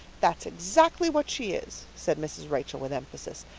that's exactly what she is, said mrs. rachel with emphasis,